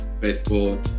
Faithful